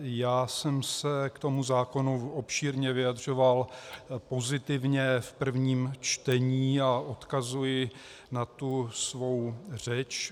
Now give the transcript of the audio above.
Já jsem se k tomu zákonu obšírně vyjadřoval pozitivně v prvním čtení a odkazuji na svou řeč.